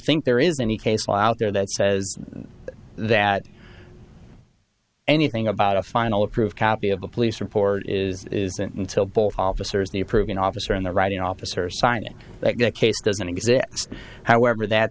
think there is any case file out there that says that anything about a final approved copy of the police report is isn't until both officers the approving officer and the writing officer sign it that the case doesn't exist however that